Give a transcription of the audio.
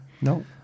No